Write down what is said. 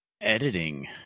Editing